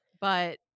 But-